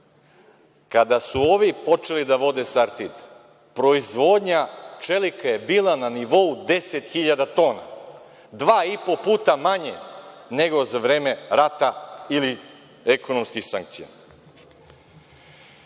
Kada su ovi počeli da vode „Sartid“, proizvodnja čelika je bila na nivou deset hiljada tona, dva i po puta manje nego za vreme rata ili ekonomskih sankcija. Dalje,